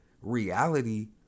reality